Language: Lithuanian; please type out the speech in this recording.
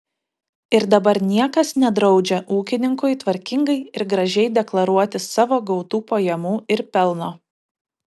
ir dabar niekas nedraudžia ūkininkui tvarkingai ir gražiai deklaruoti savo gautų pajamų ir pelno